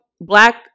black